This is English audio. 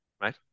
right